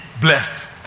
blessed